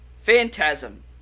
Phantasm